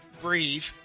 breathe